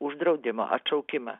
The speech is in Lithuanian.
už draudimo atšaukimą